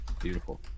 Beautiful